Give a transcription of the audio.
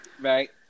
Right